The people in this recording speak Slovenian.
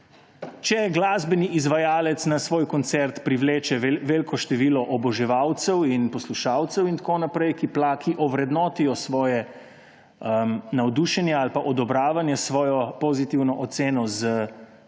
Če glasbeni izvajalec na svoj koncert privleče veliko število oboževalcev in poslušalcev in tako naprej, ki ovrednotijo svoje navdušenje ali pa odobravanje s svojo pozitivno oceno s